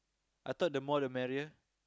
I thought the more the merrier